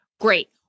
Great